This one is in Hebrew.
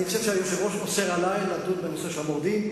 אני חושב שהיושב-ראש אוסר עלי לדון בנושא של המורדים,